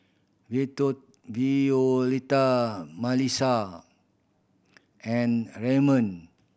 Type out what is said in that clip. Violetta Melissa and Redmond